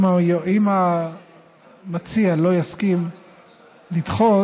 אם המציע לא יסכים לדחות,